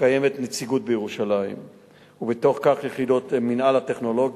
ברצוני לשאול: 1. האם כל שוטר מקומי יכול למנוע כניסה בשם הביטחון?